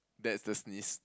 that's the sneeze